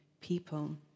people